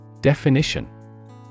Definition